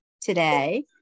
today